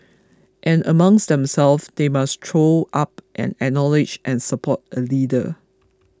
and amongst themselves they must throw up and acknowledge and support a leader